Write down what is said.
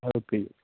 okay